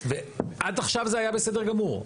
ועד עכשיו זה היה בסדר גמור.